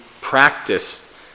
practice